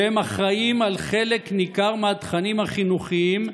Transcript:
אחראים לחלק ניכר מהתכנים החינוכיים,